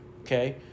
okay